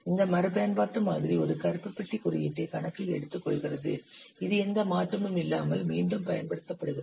இந்த மறுபயன்பாட்டு மாதிரி ஒரு கருப்பு பெட்டி குறியீட்டை கணக்கில் எடுத்துக்கொள்கிறது இது எந்த மாற்றமும் இல்லாமல் மீண்டும் பயன்படுத்தப்படுகிறது